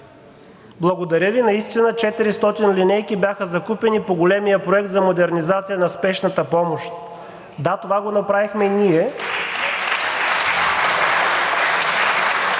Благодаря Ви, наистина 400 линейки бяха закупени по големия проект за модернизация на спешната помощ. Да, това го направихме ние.